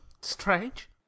strange